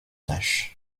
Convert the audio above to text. nash